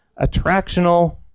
Attractional